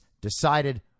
decided